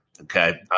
Okay